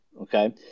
okay